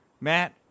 Matt